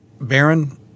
Baron